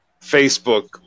Facebook